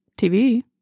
TV